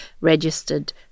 registered